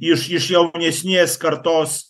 iš iš jaunesnės kartos